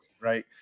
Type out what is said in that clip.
right